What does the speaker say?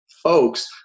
folks